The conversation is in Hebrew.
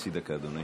חצי דקה, אדוני.